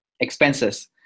Expenses